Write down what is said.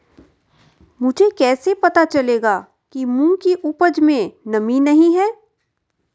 मुझे कैसे पता चलेगा कि मूंग की उपज में नमी नहीं है?